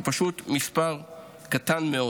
זה פשוט מספר קטן מאוד.